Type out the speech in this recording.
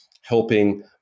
helping